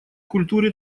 культуре